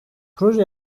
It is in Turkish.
proje